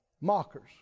Mockers